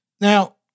Now